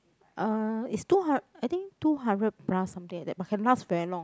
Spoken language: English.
uh is two hundred I think two hundred plus something like that but can last very long